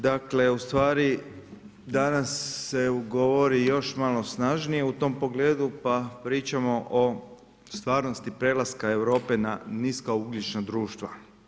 Dakle u stvari danas se govori još malo snažnije u tom problemu, pa pričamo o stvarnosti prelaska Europe na niska ugljična društva.